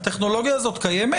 האם הטכנולוגיה הזאת קיימת?